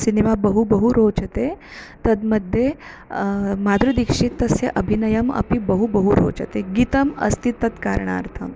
cinema बहु बहु रोचते तद् मध्ये मादुरी दीक्षितस्य अभिनयम् अपि बहु बहु रोचते गीतम् अस्ति तत्कारणार्थम्